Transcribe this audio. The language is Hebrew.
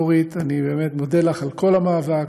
נורית, אני באמת מודה לך על כל המאבק.